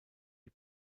die